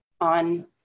on